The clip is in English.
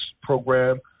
program